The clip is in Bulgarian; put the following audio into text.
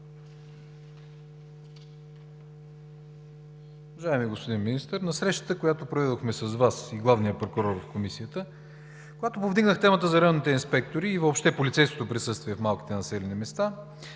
Уважаеми господин Министър! На срещата, която проведохме с Вас и главния прокурор в Комисията, когато повдигнах темата за районните инспектори и въобще за полицейското присъствие в малките населени места,